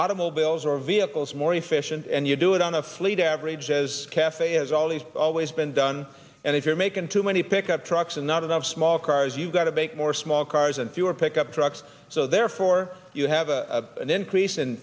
automobiles or vehicles more efficient and you do it on a fleet average as cafe is always always been done and if you're making too many pickup trucks and not enough small cars you've got to make more small cars and fewer pickup trucks so therefore you have a an increase in